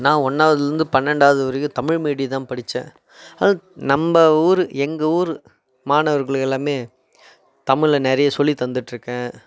நான் ஒன்றாவதுலேருந்து பன்னெரெண்டாவது வரைக்கும் தமிழ் மீடியம்தான் படித்தேன் அது நம்ப ஊர் எங்கள் ஊர் மாணவர்கள் எல்லாமே தமிழில் நிறைய சொல்லித்தந்துகிட்டுருக்கேன்